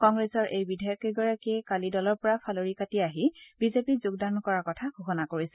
কংগ্ৰেছৰ এই বিধায়ককেইগৰাকীয়ে কালি দলৰ পৰা ফালৰি কাটি আহি বিজেপিত যোগদান কৰাৰ কথা ঘোষণা কৰিছিল